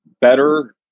better